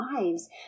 lives